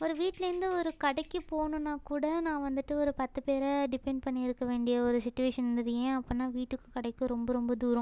ஒரு வீட்டுலேருந்து ஒரு கடைக்குப் போகணுன்னா கூட நான் வந்துட்டு ஒரு பத்து பேரை டிப்பெண்ட் பண்ணி இருக்க வேண்டிய ஒரு சுட்சிவேஷன் இருந்தது ஏன் அப்புடின்னா வீட்டுக்கும் கடைக்கும் ரொம்ப ரொம்ப தூரம்